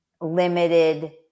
limited